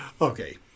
Okay